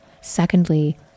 secondly